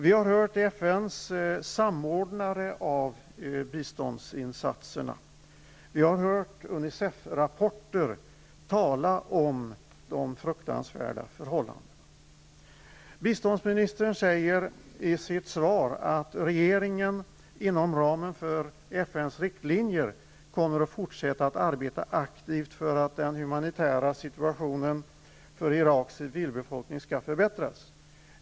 Vi har hört av FN:s samordnare av biståndsinsatserna och har läst Unicefrapporter där det talas om fruktansvärda förhållanden. Biståndsministern säger i sitt svar att regeringen inom ramen för FN:s riktlinjer kommer att fortsätta att arbeta aktivt för att den humanitära situationen för Iraks civilbefolkning skall förbättras.